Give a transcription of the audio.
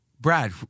Brad